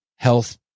Health